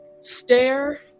Stare